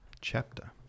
chapter